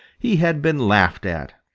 he had been laughed at.